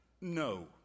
No